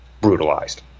brutalized